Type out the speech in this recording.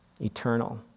eternal